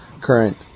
current